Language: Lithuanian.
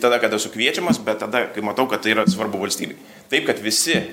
tada kada esu kviečiamas bet tada kai matau kad tai yra svarbu valstybei taip kad visi